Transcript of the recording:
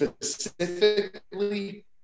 specifically